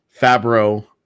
Fabro